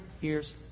years